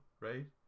right